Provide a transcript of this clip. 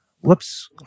Whoops